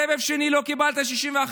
בסבב שני לא קיבלת 61,